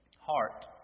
Heart